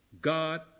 God